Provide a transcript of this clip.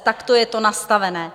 Takto je to nastavené.